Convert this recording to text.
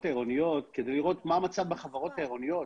העירוניות כדי לראות מה המצב בחברות העירוניות